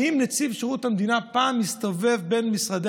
האם נציב שירות המדינה פעם הסתובב בין משרדי